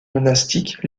monastique